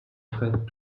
frais